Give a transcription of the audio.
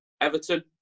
Everton